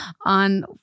on